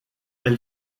elle